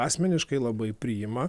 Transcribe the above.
asmeniškai labai priima